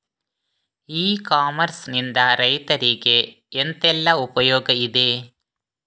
E commerce ನಿಂದ ರೈತರಿಗೆ ಎಂತೆಲ್ಲ ಉಪಯೋಗ ಇದೆ?